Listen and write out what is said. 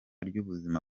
ry’ubuzima